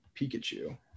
pikachu